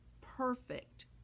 perfect